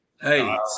Hey